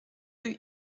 rue